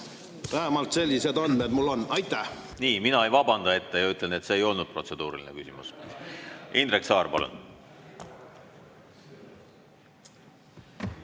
Vähemalt sellised andmed mul on. Nii. Mina ei vabanda ette ja ütlen, et see ei olnud protseduuriline küsimus. Indrek Saar, palun!